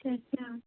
ਅੱਛਾ